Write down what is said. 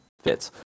fits